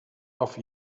auf